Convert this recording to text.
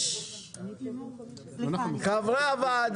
לחברים בלבד.